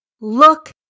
look